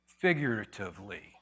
figuratively